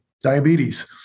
Diabetes